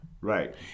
Right